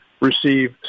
receive